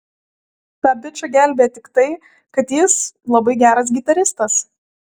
tą bičą gelbėja tik tai kad jis labai geras gitaristas